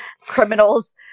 criminals